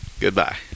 goodbye